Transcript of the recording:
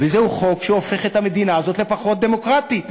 וזהו חוק שהופך את המדינה הזאת לפחות דמוקרטית,